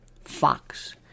Fox